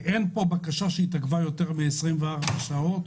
אין בקשה שהתעכבה יותר מ-24 שעות,